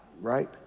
right